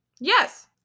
Yes